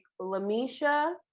lamisha